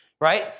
right